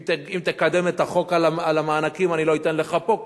אם תקדם את החוק על המענקים אני לא אתן לך פה.